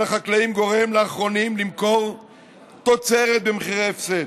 החקלאים גורם לאחרונים למכור תוצרת במחירי הפסד.